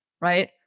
Right